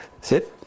Sit